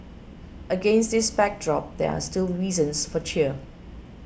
against this backdrop there are still reasons for cheer